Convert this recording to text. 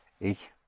ich